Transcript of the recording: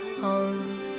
home